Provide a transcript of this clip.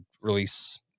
release